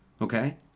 Okay